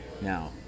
now